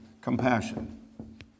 compassion